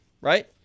right